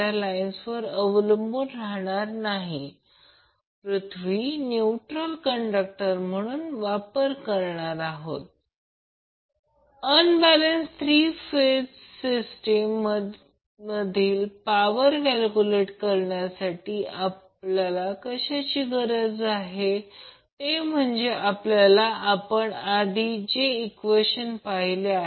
तर line current Ic आहे हो आणि व्होल्टेज हे abc वर दिसते ते व्होल्टेज cb वर दिसते जरी b ते c Vbc Vab Vbc bc दिले आहे पण ते Vcb असेल कारण ही फेज c आहे आणि हे b शी जोडलेले आहे